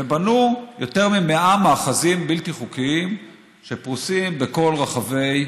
ובנו יותר מ-100 מאחזים בלתי חוקיים שפרוסים בכל רחבי